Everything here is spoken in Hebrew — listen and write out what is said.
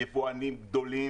יבואנים גדולים?